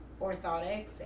orthotics